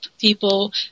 people